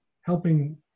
helping